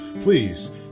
please